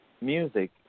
music